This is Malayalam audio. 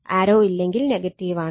ആരോ ഇല്ലെങ്കിൽ നെഗറ്റീവാണ്